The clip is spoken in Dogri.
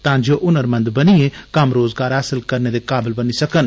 तां जे ओ हुनरमंद बनियै कम्म रोजगार हासल करने दे काबल बनी सकन